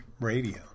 radio